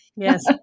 Yes